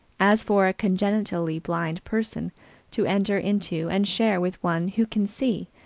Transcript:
as for a congenitally blind person to enter into and share with one who can see,